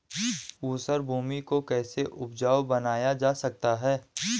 ऊसर भूमि को कैसे उपजाऊ बनाया जा सकता है?